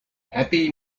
happy